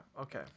Okay